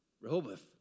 Rehoboth